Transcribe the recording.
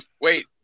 Wait